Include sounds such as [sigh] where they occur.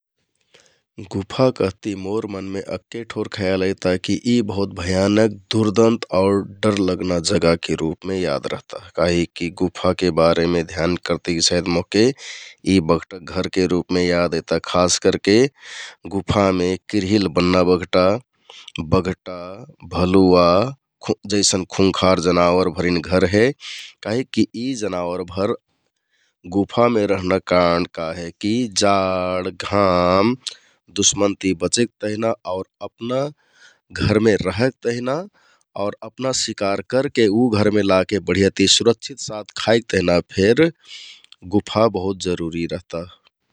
गुफा कहति मोर मनमें अक्के ठोर खयाल ऐता की यी बहुत भयानक, दुर्दन्त आउ डर लहना जगाके रुपमे याद रहता । काहिक की गुफाके बारेमे ध्यान करति की सायत मोहके इ बघटाक घरके रुपमे याद ऐता । खास करके गुफा मे किरहिल बन्ना बघटा, बघटा, भलुवा, जैसन खुंखार जनावर भरिन घर हे। [noise] काहिक की यी जनावरभर गुफामें रहनाक कारण इ हे की जाड, घाम, दुशमन ति बचेक तेहना आउर अपना घरमें रहेक तहना और अपना शिकार करके उ घरमें लाके बढिया ति सुरक्षित साथ खाइक तेहना फेर [noise] गुफा बहुत जरुरि रहता ।